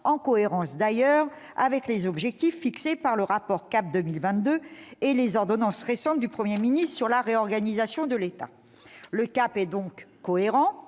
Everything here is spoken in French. en cohérence d'ailleurs avec les objectifs fixés par le rapport CAP 2022 et les ordonnances récentes du Premier ministre sur la réorganisation de l'État. Le cap est cohérent,